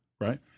right